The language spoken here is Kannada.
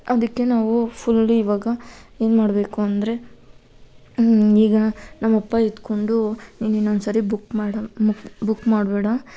ಅದಕ್ಕೆ ನಾವು ಫುಲ್ ಇವಾಗ ಏನು ಮಾಡಬೇಕು ಅಂದರೆ ಈಗ ನಮ್ಮಪ್ಪ ಇದ್ಕೊಂಡು ನೀನು ಇನ್ನೊಂದ್ಸರಿ ಬುಕ್ ಮಾಡು ಬುಕ್ ಬುಕ್ ಮಾಡಬೇಡ